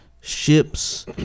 ships